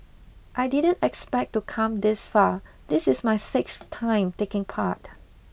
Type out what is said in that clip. I didn't expect to come this far this is my sixth time taking part